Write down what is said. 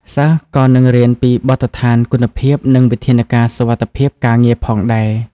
សិស្សក៏នឹងរៀនពីបទដ្ឋានគុណភាពនិងវិធានការសុវត្ថិភាពការងារផងដែរ។